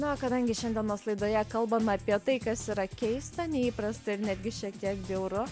na o kadangi šiandienos laidoje kalbama apie tai kas yra keista neįprasta ir netgi šiek tiek bjauru